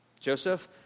Joseph